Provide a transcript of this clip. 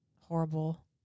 horrible